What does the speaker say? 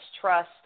trust